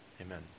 Amen